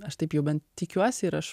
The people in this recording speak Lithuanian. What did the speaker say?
aš taip jau bent tikiuosi ir aš